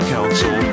Council